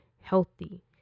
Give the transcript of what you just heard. Healthy